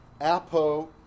apo